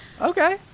Okay